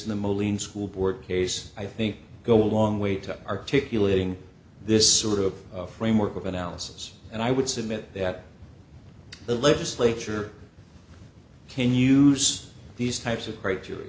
moline school board case i think go a long way to articulating this sort of framework of analysis and i would submit that the legislature can use these types of criteria